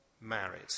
married